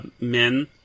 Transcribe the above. men